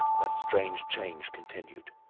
that strange change continued.